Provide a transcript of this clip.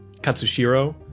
Katsushiro